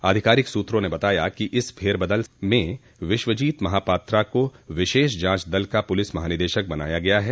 आधिकारिक सूत्रों ने बताया कि इस फेरबदल में विश्वजीत महापात्रा को विशेष जांच दल का पुलिस महानिदेशक बनाया गया है